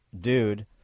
dude